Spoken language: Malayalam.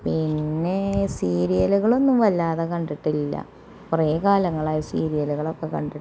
പിന്നെ സീരിയലുകളൊന്നും വല്ലാതെ കണ്ടിട്ടില്ല കുറെ കാലങ്ങളായി സീരിയലുകളൊക്കെ കണ്ടിട്ട്